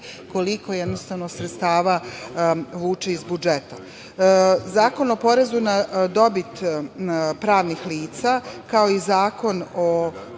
koliko jednostavno sredstava vuče iz budžeta. Zakon o porezu na dobit pravnih lica, kao i Zakon o